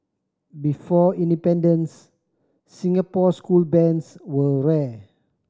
before independence Singapore school bands were rare